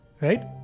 Right